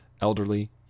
elderly